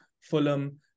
Fulham